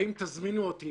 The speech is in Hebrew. ואם תזמינו אותי